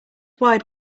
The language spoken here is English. wide